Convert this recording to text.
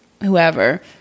whoever